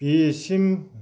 बेसिम